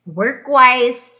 work-wise